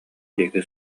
диэки